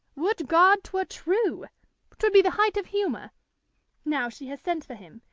would god twere true twould be the height of humour now, she has sent for him,